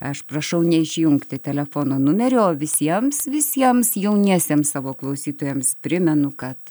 aš prašau neišjungti telefono numerio o visiems visiems jauniesiems savo klausytojams primenu kad